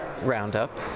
Roundup